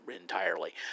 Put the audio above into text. entirely